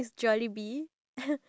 durian